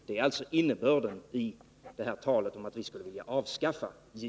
Det är detta som är innebörden av det här talet om att vi skulle vilja avskaffa JO.